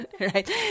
right